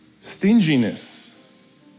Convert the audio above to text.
stinginess